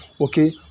okay